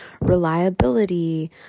reliability